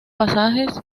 pasajes